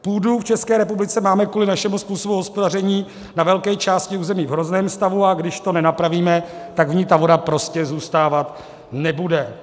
Půdu v České republice máme kvůli našemu způsobu hospodaření na velké části území v hrozném stavu, a když to nenapravíme, tak v ní ta voda prostě zůstávat nebude.